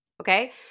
Okay